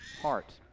heart